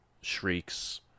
shrieks